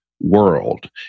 world